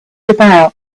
about